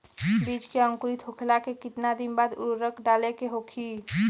बिज के अंकुरित होखेला के कितना दिन बाद उर्वरक डाले के होखि?